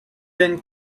been